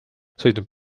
sõitnud